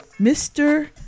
Mr